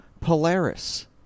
Polaris